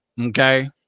okay